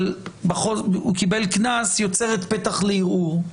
אבל הוא קיבל קנס, יוצרת פתח לערעור.